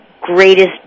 greatest